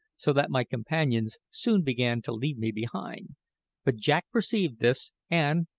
so that my companions soon began to leave me behind but jack perceived this, and,